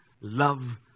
love